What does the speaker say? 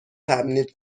تمدید